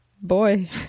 boy